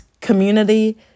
Community